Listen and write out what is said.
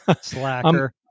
slacker